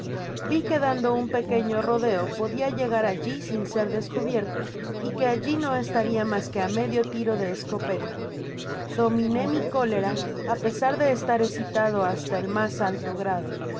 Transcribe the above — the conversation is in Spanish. vi quedando un pequeño rodeo podia llegar sin ser descubierto y que allí no estaria mas que á medio tiro de escopeta dominé mi cólera á pesar de estar escitado hasta el mas alto grado